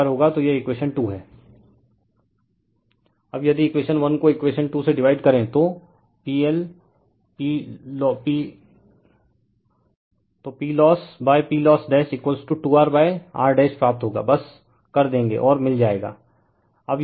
refer slide time 2417 अब यदि equation 1 को इक्वेशन 2 से डिवाइड करें तो PLossPLoss 2 R R प्राप्त होगा बस कर देंगे और मिल जाएगा